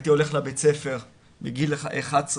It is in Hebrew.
כשהייתי הולך לבית ספר בין גיל 11 ל-15,